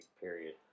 period